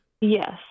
Yes